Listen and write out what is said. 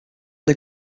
des